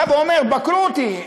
אומר: בקרו אותי,